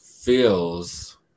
feels